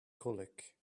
colic